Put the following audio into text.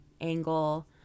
angle